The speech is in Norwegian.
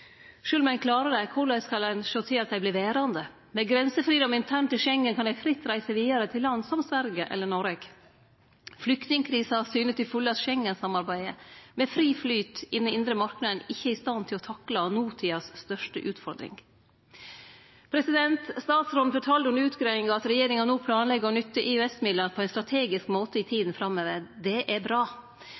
om ein klarer det, korleis skal ein sjå til at dei vert verande? Med grensefridom internt i Schengen kan dei fritt reise vidare til land som Sverige eller Noreg. Flyktningkrisa syner til fulle at Schengen-samarbeidet, med fri flyt i den indre marknaden ikkje er i stand til å takle den største utfordringa vi har i notida. Statsråden fortalde under utgreiinga at regjeringa no planlegg å nytte EØS-midlane på ein strategisk måte i tida framover. Det er bra.